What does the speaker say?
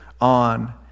on